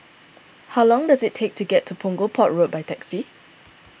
how long does it take to get to Punggol Port Road by taxi